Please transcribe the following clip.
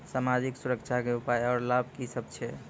समाजिक सुरक्षा के उपाय आर लाभ की सभ छै?